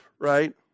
right